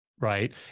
right